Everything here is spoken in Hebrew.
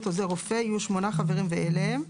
עוזר רופא יהיו שמונה חברים ואלה הם: